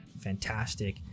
fantastic